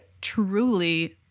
truly